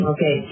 Okay